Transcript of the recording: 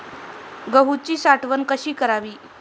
गहूची साठवण कशी करावी?